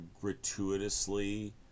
gratuitously